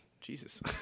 Jesus